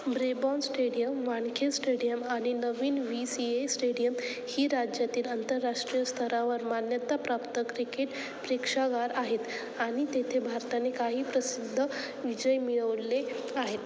Brabourne stadium Wankhede stadium आणि नवीन V C A stadium ही राज्यातील आंतरराष्ट्रीय स्तरावर मान्यताप्राप्त क्रिकेट प्रेक्षागार आहेत आणि तेथे भारताने काही प्रसिद्ध विजय मिळवले आहेत